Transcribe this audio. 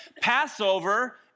Passover